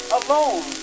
alone